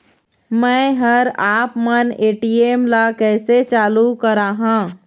मैं हर आपमन ए.टी.एम ला कैसे चालू कराहां?